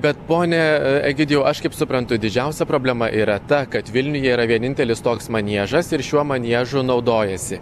bet pone egidijau aš kaip suprantu didžiausia problema yra ta kad vilniuje yra vienintelis toks maniežas ir šiuo maniežu naudojasi